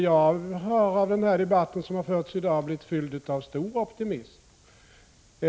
Jag har under den debatt som förts i dag blivit fylld av stor optimism.